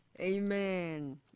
Amen